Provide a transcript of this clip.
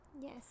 Yes